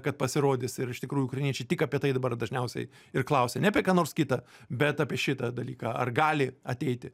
kad pasirodys ir iš tikrųjų ukrainiečiai tik apie tai dabar dažniausiai ir klausia ne apie ką nors kita bet apie šitą dalyką ar gali ateiti